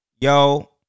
yo